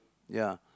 ya